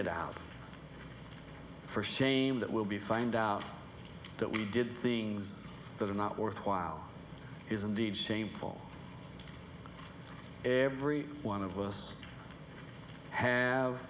it out for shame that we'll be find out that we did things that are not worthwhile is indeed shameful every one of us have